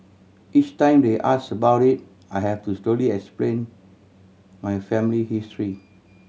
each time they ask about it I have to slowly explain my family history